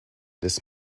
this